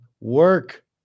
work